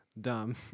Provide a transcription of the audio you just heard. Dumb